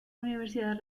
universidad